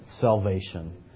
Salvation